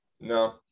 No